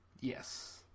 yes